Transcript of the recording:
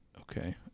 Okay